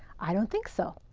i don't think so!